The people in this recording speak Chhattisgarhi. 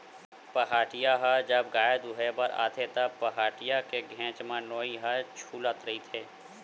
पहाटिया ह जब गाय दुहें बर आथे त, पहाटिया के घेंच म नोई ह छूलत रहिथे